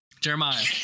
Jeremiah